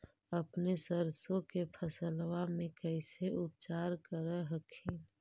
अपन सरसो के फसल्बा मे कैसे उपचार कर हखिन?